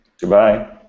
goodbye